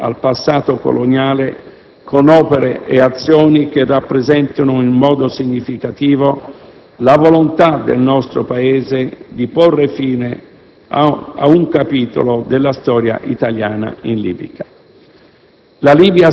fine al passato coloniale con opere e azioni che rappresentino in modo significativo la volontà del nostro Paese di porre fine a un capitolo della storia italiana e libica.